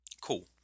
Cool